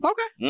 Okay